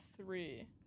three